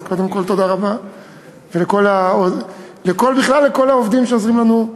אז קודם כול תודה רבה בכלל לכל העובדים שעוזרים לנו.